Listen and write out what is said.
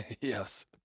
yes